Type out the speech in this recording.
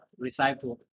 Recycle